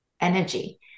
energy